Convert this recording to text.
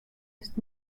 ist